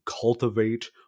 cultivate